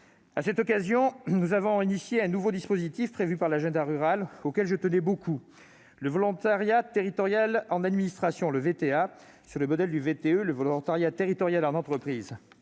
À cette occasion, nous avons engagé un nouveau dispositif prévu par l'agenda rural, auquel je tenais beaucoup, à savoir le volontariat territorial en administration, le VTA, sur le modèle du VTE, le volontariat territorial en entreprise.